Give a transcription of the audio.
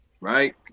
Right